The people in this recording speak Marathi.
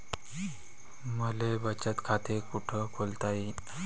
मले बचत खाते कुठ खोलता येईन?